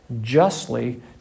justly